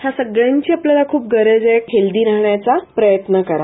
हया सगळ्याची आपल्याला ख्प गरज आहे हेल्थी राण्याचा प्रयत्न करा